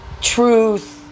Truth